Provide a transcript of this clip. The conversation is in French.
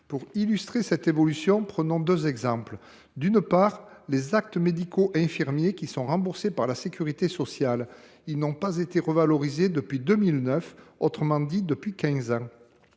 Pour illustrer cette évolution, prenons deux exemples. D’une part, les actes médicaux infirmiers, qui sont remboursés par la sécurité sociale, n’ont pas été revalorisés depuis 2009, autrement dit depuis quinze